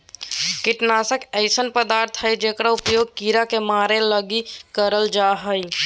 कीटनाशक ऐसे पदार्थ हइंय जेकर उपयोग कीड़ा के मरैय लगी करल जा हइ